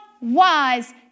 wise